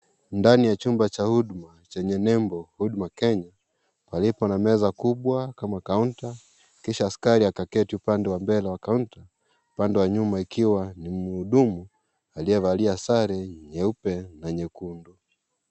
Ndani ya chumba ya huduma chenye nembo Huduma Kenya, palipo na meza kubwa kama counter kisha askari akaketi kwenye upande wa mbele wa counter , pande wa nyuma ikiwa ni mhudumu aliyevalia sare nyeupe na nyekundu.